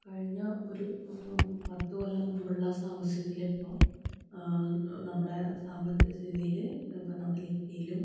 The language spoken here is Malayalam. കഴിഞ്ഞ ഒരു പത്തുകൊല്ലം മുമ്പുള്ള സമസ്യത്തിലിപ്പോൾ നമ്മുടെ സാമ്പത്തിക സ്ഥിതിയില് ഇപ്പോൾ നമ്മുടെ നിഫ്റ്റിയിലും